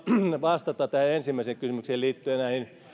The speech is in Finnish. vastata tähän ensimmäiseen kysymykseen liittyen näihin